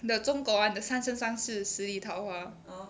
the 中国 [one] the 三生三世十里桃花